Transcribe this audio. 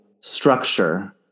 structure